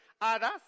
Others